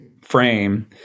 frame